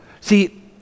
See